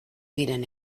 diren